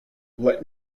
let